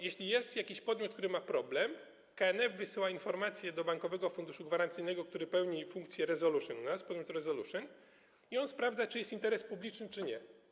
Jeśli jest jakiś podmiot, który ma problem, KNF wysyła informację do Bankowego Funduszu Gwarancyjnego, który pełni funkcję resolution, jest to organ resolution, i on sprawdza, czy jest w tym interes publiczny czy nie.